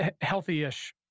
healthy-ish